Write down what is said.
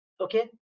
okay